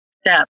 step